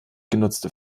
genutzte